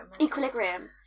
Equilibrium